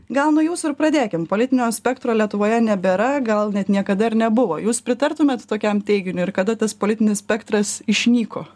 gal nuo jūsų ir pradėkim politinio spektro lietuvoje nebėra gal net niekada ir nebuvo jūs pritartumėt tokiam teiginiui ir kada tas politinis spektras išnyko